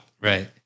Right